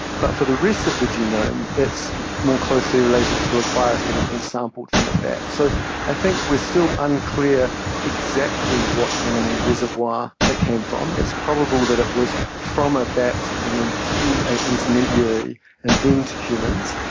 but for the rest of the genome, it's more closely related to a virus that has been sampled from a bat. so i think we are still unclear exactly what animal reservoir it came from. it's probable that it was from a bat and then to an intermediary and then to humans,